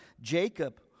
Jacob